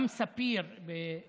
גם ספיר נחום